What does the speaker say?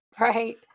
Right